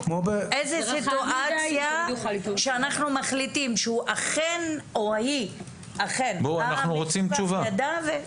איזו סיטואציה שאנחנו מחליטים שהוא או היא אכן ידעה.